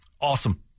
Awesome